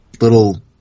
little